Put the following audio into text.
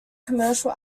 commercial